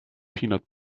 peanut